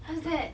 what's that